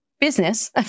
Business